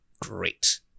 Great